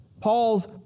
Paul's